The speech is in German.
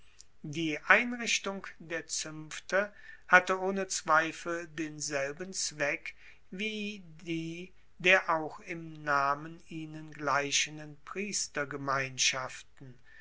die einrichtung der zuenfte hatte ohne zweifel denselben zweck wie die der auch im namen ihnen